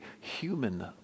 human